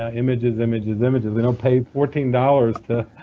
ah images, images, images. we don't pay fourteen dollars to